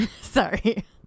Sorry